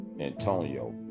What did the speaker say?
Antonio